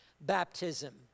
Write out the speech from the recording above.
baptism